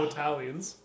Italians